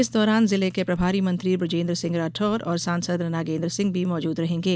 इस दौरान जिले के प्रभारी मंत्री बृजेन्द्र सिंह राठौर और सांसद नागेन्द्र सिंह भी मौजूद रहेंगे